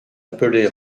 appelé